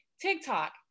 TikTok